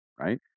right